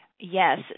Yes